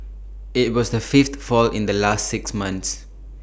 IT was the fifth fall in the last six months